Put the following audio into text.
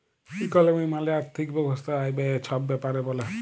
ইকলমি মালে আথ্থিক ব্যবস্থা আয়, ব্যায়ে ছব ব্যাপারে ব্যলে